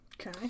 Okay